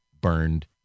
burned